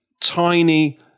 tiny